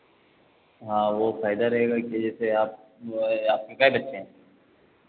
हाँ वो फ़ायदा रहेगा कि जैसे आप आपके कै बच्चे हैं